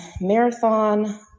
Marathon